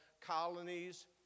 colonies